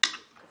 הצעת חוק